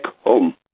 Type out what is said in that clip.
home